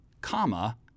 comma